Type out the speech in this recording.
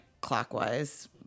clockwise